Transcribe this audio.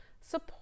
support